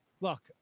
Look